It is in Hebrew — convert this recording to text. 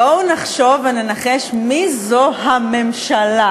בואו נחשוב וננחש מי זו הממשלה,